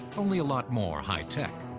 only a lot more high-tech.